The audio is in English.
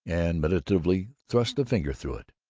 and meditatively thrust a finger through it,